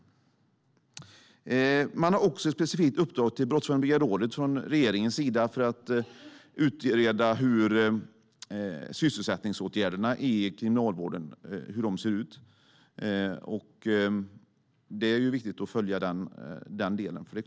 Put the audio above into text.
Regeringen har också specifikt uppdragit åt Brottsförebyggande rådet att utreda hur sysselsättningsåtgärderna i kriminalvården ser ut. Det är viktigt att följa den delen.